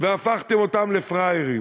והפכתם אותם לפראיירים.